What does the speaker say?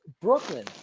Brooklyn